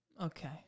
Okay